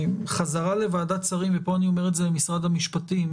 שהחזרה לוועדת שרים ופה אני אומר את זה למשרד המשפטים